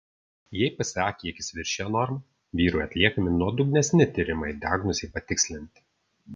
jei psa kiekis viršija normą vyrui atliekami nuodugnesni tyrimai diagnozei patikslinti